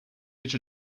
which